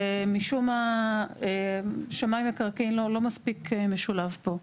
ומשום מה, שמאי מקרקעין לא מספיק משולב פה.